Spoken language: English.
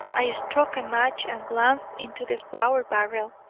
i struck a match and glanced into the flour barrel.